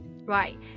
Right